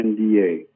NDA